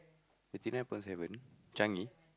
thirty nine point seven Changi